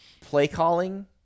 play-calling